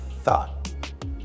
Thought